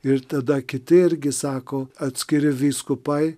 ir tada kiti irgi sako atskiri vyskupai